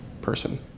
person